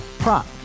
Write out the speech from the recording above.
Prop